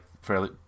fairly